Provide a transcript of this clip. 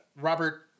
Robert